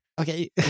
Okay